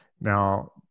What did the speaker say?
now